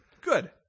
Good